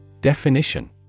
Definition